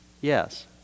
yes